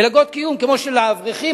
מלגות קיום כמו של האברכים,